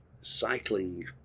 Cycling